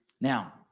Now